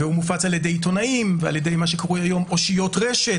הוא מופץ על-ידי עיתונאים וגם על-ידי מי שקרוי היום "אושיות רשת"